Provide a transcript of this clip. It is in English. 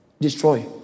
destroy